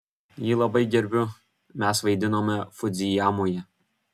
jį labai gerbiu mes vaidinome fudzijamoje